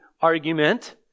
argument